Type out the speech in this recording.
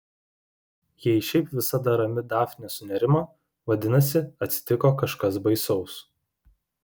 jei šiaip visada rami dafnė sunerimo vadinasi atsitiko kažkas baisaus